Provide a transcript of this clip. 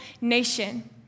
nation